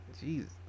Jesus